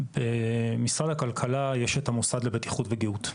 במשרד הכלכלה יש את המוסד לבטיחות וגהות,